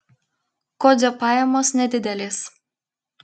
kodzio pajamos nedidelės